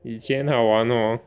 以前好玩 hor